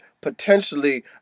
potentially